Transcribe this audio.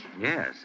Yes